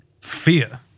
fear